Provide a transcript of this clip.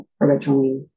originally